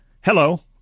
Hello